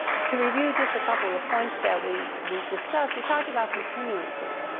to review just a couple of the points that we we discussed, we talked about continuances.